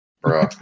Bro